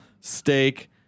steak